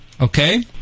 okay